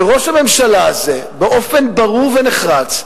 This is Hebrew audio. וראש הממשלה הזה, באופן ברור ונחרץ,